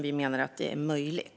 Vi menar att det är möjligt.